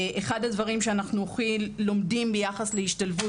אחד הדברים שאנחנו לומדים ביחס להשתלבות